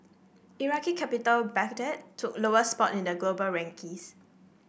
Iraqi capital Baghdad took lowest spot on the global rankings